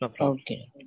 Okay